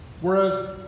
Whereas